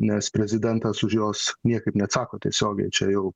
nes prezidentas už jos niekaip neatsako tiesiogiai čia jau